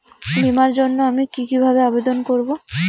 বিমার জন্য আমি কি কিভাবে আবেদন করব?